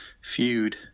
feud